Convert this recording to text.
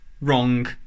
Wrong